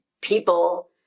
people